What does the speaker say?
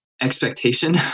expectation